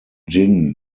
jin